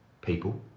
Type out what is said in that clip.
people